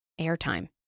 airtime